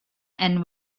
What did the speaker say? and